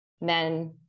men